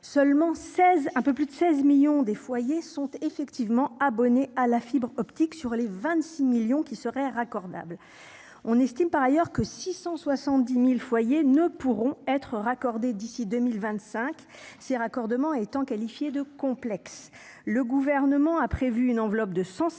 seulement 16 un peu plus de 16 millions des foyers sont effectivement abonnés à la fibre optique, sur les 26 millions qui seraient raccordables on estime par ailleurs que 670000 foyers ne pourront être raccordés d'ici 2025 ces raccordements étant qualifiées de complexe, le gouvernement a prévu une enveloppe de 150